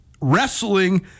wrestling